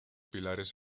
pilares